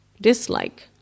dislike